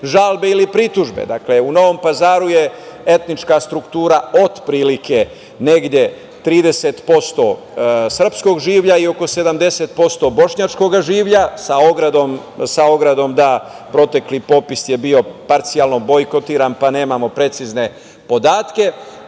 žalbe ili pritužbe. Dakle, u Novom Pazaru je etnička struktura od prilike, negde 30% srpskog življa i oko 70% bošnjačkog življa, sa ogradom da protekli popis je bio parcijalno bojkotiran, pa nemamo precizne podatke. Dakle,